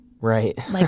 Right